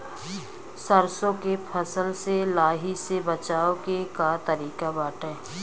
सरसो के फसल से लाही से बचाव के का तरीका बाटे?